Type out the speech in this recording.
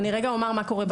אני אומר מה קורה בשטח.